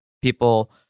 People